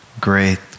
Great